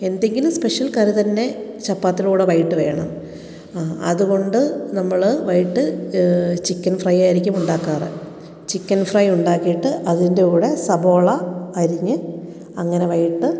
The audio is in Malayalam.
എന്തെങ്കിലും സ്പെഷ്യല് കറി തന്നെ ചാപ്പാത്തിയുടെ കൂടെ വൈകീട്ട് വേണം ആ അതുകൊണ്ട് നമ്മൾ വൈകീട്ട് ചിക്കന് ഫ്രൈ ആയിരിക്കും ഉണ്ടാക്കാറ് ചിക്കന് ഫ്രൈ ഉണ്ടാക്കിട്ട് അതിന്റെ കൂടെ സബോള അരിഞ്ഞ് അങ്ങനെ വൈകീട്ട്